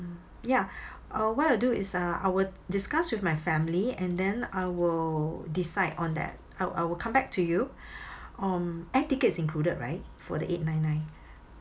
ya uh what I'll do is uh I will discuss with my family and then I will decide on that I'll I will come back to you um air ticket is included right for the eight nine nine